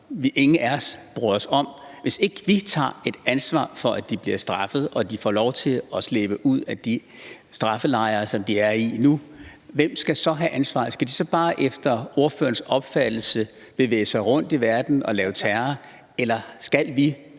som ingen af os bryder os om? Hvis ikke vi tager et ansvar for, at de bliver straffet, og de får lov til at slippe ud af de straffelejre, som de er i nu, hvem skal så have ansvaret? Skal de så bare efter ordførerens opfattelse bevæge sig rundt i verden og lave terror, eller skal vi,